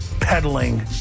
peddling